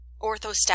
orthostatic